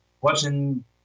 watching